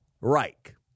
Reich